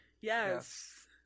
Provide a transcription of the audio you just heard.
yes